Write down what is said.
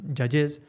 judges